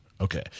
okay